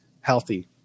healthy